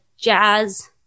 jazz